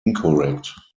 incorrect